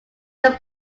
them